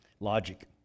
Logic